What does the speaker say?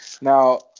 Now